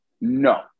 no